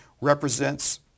represents